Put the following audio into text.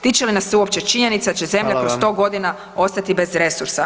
Tiče li nas se uopće činjenica da će Zemlja kroz [[Upadica: Hvala vam.]] 100 godina ostati bez resursa?